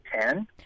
Ten